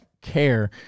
care